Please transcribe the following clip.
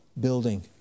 building